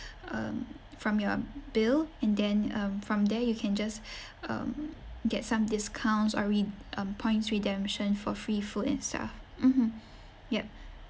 um from your bill and then um from there you can just um get some discounts or red~ um points redemption for free food and stuff mmhmm yup